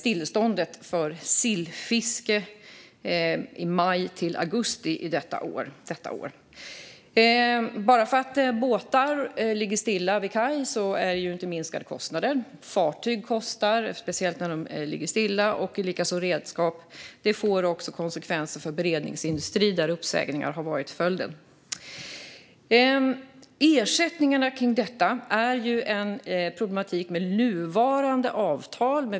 Kostnaderna minskar inte bara för att båtar ligger stilla vid kaj. Fartyg kostar, speciellt när de ligger stilla, liksom redskap. Det får också konsekvenser för beredningsindustrin, där uppsägningar har varit följden. Ersättningarna för detta är en problematik med nuvarande avtal.